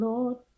Lord